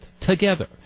together